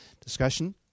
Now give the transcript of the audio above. discussion